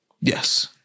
Yes